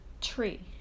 tree